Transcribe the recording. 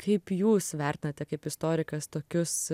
kaip jūs vertinate kaip istorikas tokius